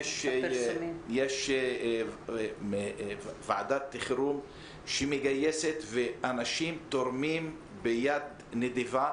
יש ועדת חירום שמגייסת, ואנשים תורמים ביד נדיבה